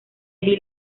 eddy